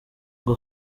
ngo